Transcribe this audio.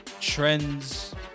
Trends